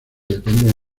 dependen